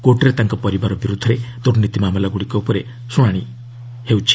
କୋର୍ଟରେ ତାଙ୍କ ପରିବାର ବିରୁଦ୍ଧରେ ଦୁର୍ନୀତି ମାମଲାଗୁଡ଼ିକ ଉପରେ ଶୁଣାଣି ହୋଇଛି